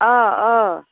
अ अ